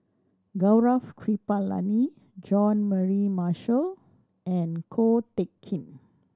Gaurav Kripalani Jean Mary Marshall and Ko Teck Kin